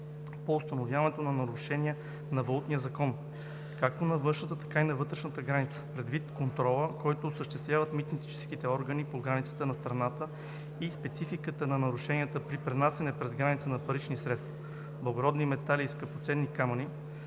по установяването на нарушения на Валутния закон както на външната, така и на вътрешната граница предвид контрола, който осъществяват митническите органи по границата на страната и спецификата на нарушенията при пренасяне през границата на парични средства, благородни метали и скъпоценни камъни,